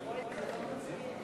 לוועדת הפנים והגנת הסביבה נתקבלה.